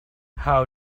how